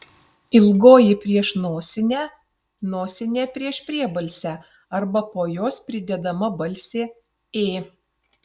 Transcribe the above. ilgoji prieš nosinę nosinė prieš priebalsę arba po jos pridedama balsė ė